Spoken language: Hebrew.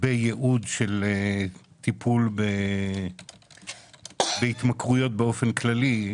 בייעוד לטיפול בהתמכרויות באופן כללי.